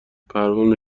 پروانه